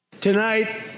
Tonight